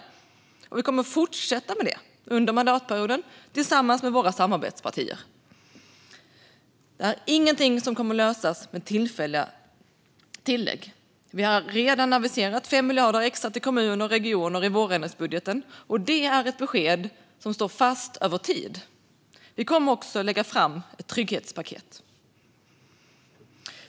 Vi kommer också att fortsätta med det under mandatperioden, tillsammans med våra samarbetspartier. Detta är nämligen ingenting som kommer att lösas med tillfälliga tillägg. Vi har redan aviserat 5 miljarder extra till kommuner och regioner i vårändringsbudgeten, och det är ett besked som står fast över tid. Vi kommer också att lägga fram ett trygghetspaket.